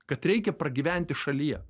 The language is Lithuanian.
kad reikia pragyventi šalyje